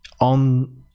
on